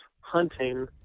hunting